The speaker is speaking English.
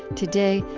today,